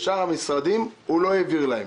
לשאר המשרדים לא הועבר.